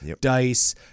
Dice